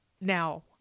now